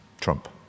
Trump